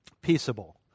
peaceable